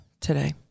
today